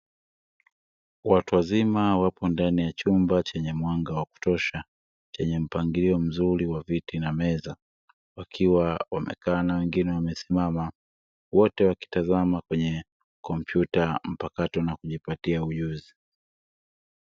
Watu wazima wapo ndani ya chumba chenye mwanga wa kutosha chenye mpangilio mzuri wa viti na meza, wakiwa wamekaa na wengine wamesimama wote wakitazama kwenye kompyuta mpakato, na kujipatia ujuzi.